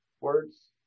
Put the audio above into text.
words